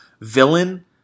villain